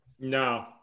No